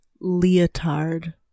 Leotard